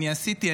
אני עשיתי,